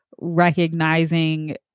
recognizing